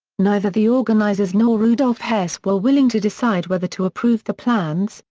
neither the organizers nor rudolf hess were willing to decide whether to approve the plans,